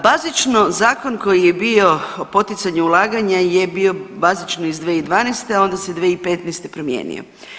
Bazično zakon koji je bio o poticanju ulaganja je bio bazično iz 2012., a onda se 2015. promijenio.